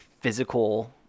physical